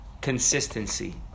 consistency